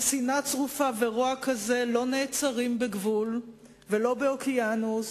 ששנאה צרופה ורוע כזה לא נעצרים בגבול ולא באוקיינוס,